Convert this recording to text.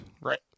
Right